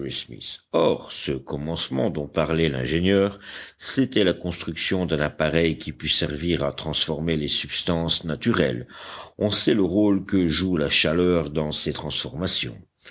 or ce commencement dont parlait l'ingénieur c'était la construction d'un appareil qui pût servir à transformer les substances naturelles on sait le rôle que joue la chaleur dans ces transformations